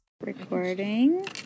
Recording